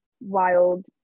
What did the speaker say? wild